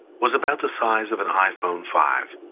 was about the size of an iphone five.